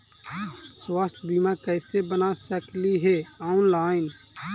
स्वास्थ्य बीमा कैसे बना सकली हे ऑनलाइन?